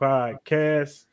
Podcast